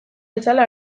bezala